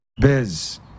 biz